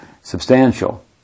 substantial